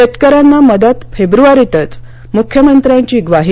शेतकर्यां ना मदत फेब्रुवारीतच मुख्यमंत्र्यांची ग्वाही